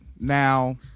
now